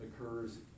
occurs